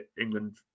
England